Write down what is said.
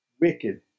wicked